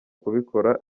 kubikora